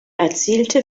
erzielte